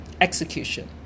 execution